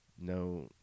No